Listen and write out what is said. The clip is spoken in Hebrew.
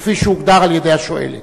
כפי שהוגדר על-ידי השואלת.